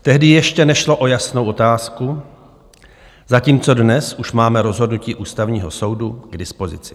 Tehdy ještě nešlo o jasnou otázku, zatímco dnes už máme rozhodnutí Ústavního soudu k dispozici.